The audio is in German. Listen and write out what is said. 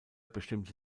bestimmte